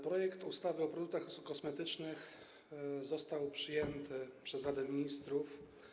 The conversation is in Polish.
Projekt ustawy o produktach kosmetycznych został przyjęty przez Radę Ministrów.